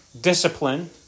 discipline